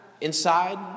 inside